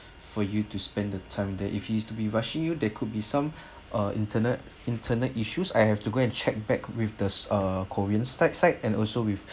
for you to spend the time there if he's to be rushing you there could be some uh internal internal issues I have to go and check back with the uh korean's that side and also with